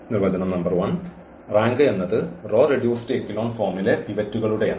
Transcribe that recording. നിർവചനം number 1 rank എന്നത് row reduced echelon ഫോമിലെ പിവറ്റുകളുടെ എണ്ണം